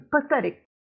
pathetic